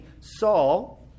Saul